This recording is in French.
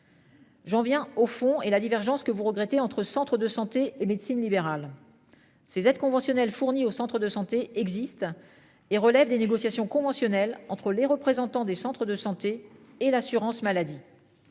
J'en viens au fond et la divergence que vous regrettez entre Centre de santé et médecine libérale. Ces aides conventionnelles fourni au centre de santé existe et relève des négociations conventionnelles entre les représentants des centres de santé et l'assurance maladie.